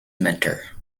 mentor